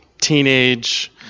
teenage